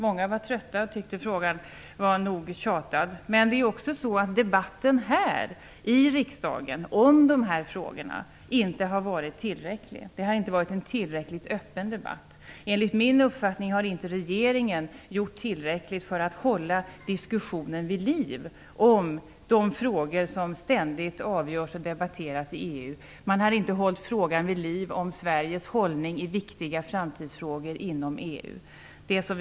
Många var trötta och tyckte att det hade tjatats nog om den frågan. Men debatten om dessa frågor här i riksdagen har inte varit tillräcklig. Det har inte varit en tillräckligt öppen debatt. Enligt min uppfattning har inte regeringen gjort tillräckligt för att hålla diskussionen vid liv om de frågor som ständigt avgörs och debatteras i EU. Man har inte hållit frågan om Sveriges hållning i viktiga framtidsfrågor inom EU vid liv.